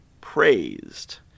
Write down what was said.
praised